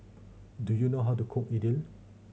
do you know how to cook Idili